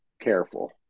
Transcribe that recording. careful